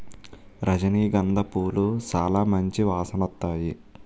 రజనీ గంధ పూలు సాలా మంచి వాసనొత్తాయి